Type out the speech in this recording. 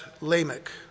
Lamech